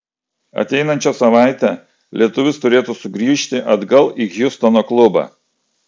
ateinančią savaitę lietuvis turėtų sugrįžti atgal į hjustono klubą